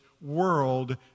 world